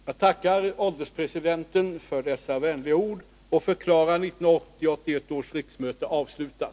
Jag tackar ålderspresidenten för dessa vänliga ord och förklarar 1980/81 års riksmöte avslutat.